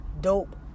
dope